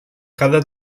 cada